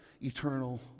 eternal